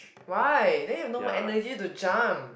why then you no more energy to jump